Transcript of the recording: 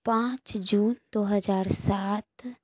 پانچ جون دو ہزار سات